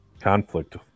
conflict